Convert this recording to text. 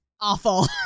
awful